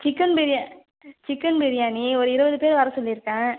chicken பிரியா chicken biryani ஒரு இருபது பேர் வர சொல்லியிருக்கேன்